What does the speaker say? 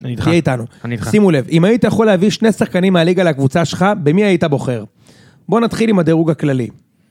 תהיה איתנו. שימו לב, אם היית יכול להביא שני שחקנים מהליגה לקבוצה שלך, במי היית בוחר? בואו נתחיל עם הדירוג הכללי.